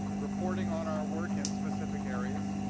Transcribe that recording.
reporting on our work in specific areas.